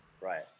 right